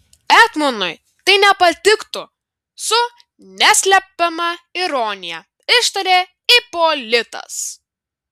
etmonui tai nepatiktų su neslepiama ironija ištarė ipolitas